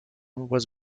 was